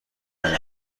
نمی